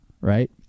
right